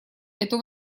эту